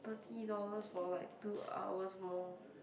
thirty dollars for like two hours more